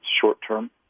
short-term